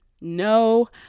no